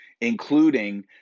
including